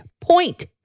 point